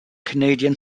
canadian